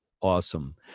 awesome